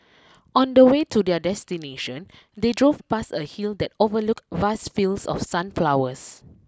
on the way to their destination they drove past a hill that overlooked vast fields of sunflowers